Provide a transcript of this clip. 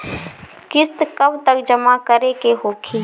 किस्त कब तक जमा करें के होखी?